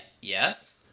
yes